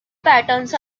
patterns